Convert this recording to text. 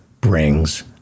brings